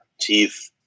teeth